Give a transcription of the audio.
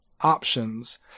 options